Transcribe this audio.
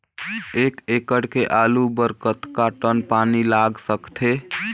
एक एकड़ के आलू बर कतका टन पानी लाग सकथे?